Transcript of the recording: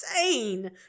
insane